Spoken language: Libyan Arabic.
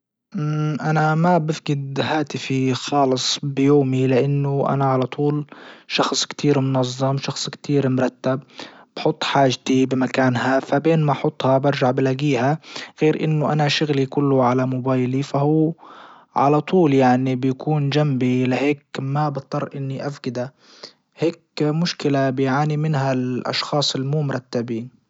مم انا ما بفجد هاتفي خالص بيومي لانه انا على طول شخص كتير منظم شخص كتير مرتب بحط حاجتي بمكانها فبين ما احطها برجع بلاجيها غير انه انا شغلي كله على موبايلي فهو على طول يعني بكون لهيك ما بضطر اني افجده هيك مشكلة بيعاني منها الاشخاص اللي مو مرتبين.